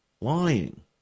lying